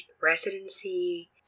residency